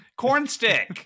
Cornstick